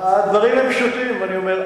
הדברים הם פשוטים, אני אומר.